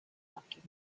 talking